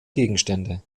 gegenstände